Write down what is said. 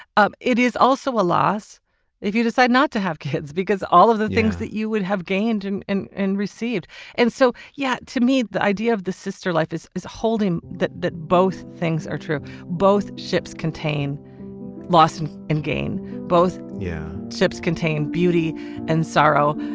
um it is also a loss if you decide not to have kids because all of the things that you would have gained and and and received and so yeah to me the idea of the sister life is is holding that that both things are true both ships contain loss and and gain both yeah ships contain beauty and sorrow.